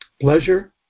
Pleasure